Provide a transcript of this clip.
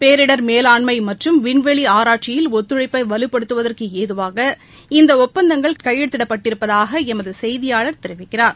பேரிடர் மேலாண்மை மற்றும் விண்வெளி ஆராய்ச்சியில் ஒத்துழைப்பை வலுப்படுத்துவதற்கு ஏதுவாக இந்த ஒப்பந்தங்கள் கையெழுத்திடப் பட்டிருப்பதாக எமது செய்தியாளர் தெரிவிக்கிறார்